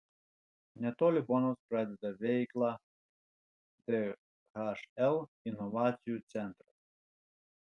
netoli bonos pradeda veiklą dhl inovacijų centras